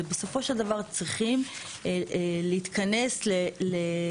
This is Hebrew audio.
זה בסופו של דבר צריכים להתכנס למה,